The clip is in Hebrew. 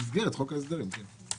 במסגרת חוק ההסדרים, כן.